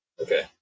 Okay